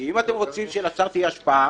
כי אם אתם רוצים שלשר תהיה השפעה,